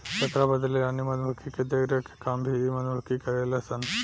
एकरा बदले रानी मधुमक्खी के देखरेख के काम भी इ मधुमक्खी करेले सन